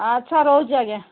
ଆଚ୍ଛା ରହୁଛି ଆଜ୍ଞା